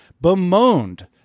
bemoaned